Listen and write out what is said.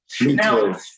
Now